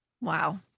Wow